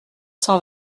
cent